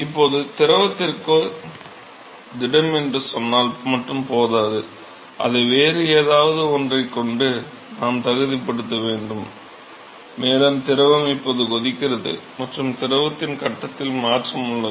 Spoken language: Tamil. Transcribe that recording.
இப்போது திரவத்திற்கு திடம் என்று சொன்னால் மட்டும் போதாது அதை வேறு ஏதாவது ஒன்றைக் கொண்டு நாம் தகுதிப்படுத்த வேண்டும் மேலும் திரவம் இப்போது கொதிக்கிறது மற்றும் திரவத்தின் கட்டத்தில் மாற்றம் உள்ளது